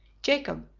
jacob,